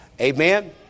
Amen